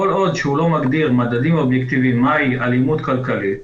כל עוד שהוא לא מגדיר מדדים אובייקטיביים מהי אלימות כלכלית,